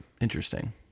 Interesting